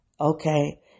Okay